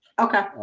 okay.